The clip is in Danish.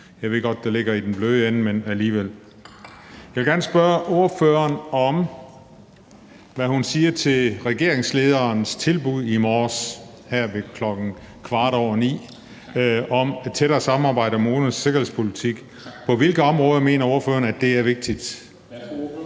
Jeg vil gerne spørge ordføreren, hvad hun siger til regeringslederens tilbud her i morges kl. 9.15 om et tættere samarbejde om udenrigs- og sikkerhedspolitik. På hvilke områder mener ordføreren at det er vigtigt?